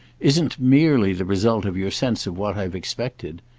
isn't merely the result of your sense of what i've expected.